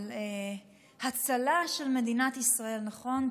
על הצלה של מדינת ישראל, נכון?